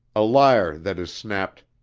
a lyre that is snapped.